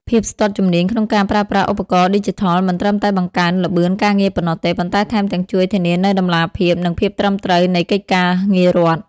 ភាពស្ទាត់ជំនាញក្នុងការប្រើប្រាស់ឧបករណ៍ឌីជីថលមិនត្រឹមតែបង្កើនល្បឿនការងារប៉ុណ្ណោះទេ ប៉ុន្តែថែមទាំងជួយធានានូវតម្លាភាព និងភាពត្រឹមត្រូវនៃកិច្ចការងាររដ្ឋ។